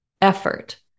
effort